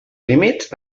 límits